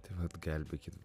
tai vat gelbėkit